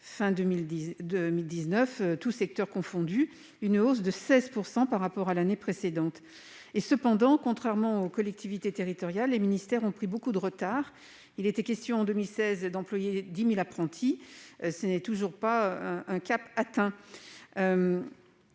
de 2019, tous secteurs confondus, soit une hausse de 16 % par rapport à l'année précédente. Cependant, contrairement aux collectivités territoriales, les ministères ont pris beaucoup de retard en la matière. Il était question en 2016 d'employer 10 000 apprentis. Ce cap n'est toujours pas atteint.